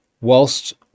Whilst